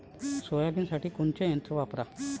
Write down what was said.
सोयाबीनसाठी कोनचं यंत्र वापरा?